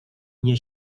nie